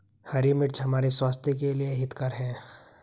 हरी मिर्च हमारे स्वास्थ्य के लिए हितकर हैं